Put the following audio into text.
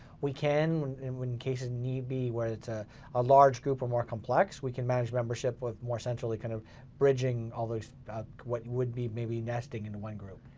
we can when cases need be, whether it's a ah large group or more complex, we can manage membership with more centrally kind of bridging all those what would be maybe nesting into one group.